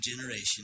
generation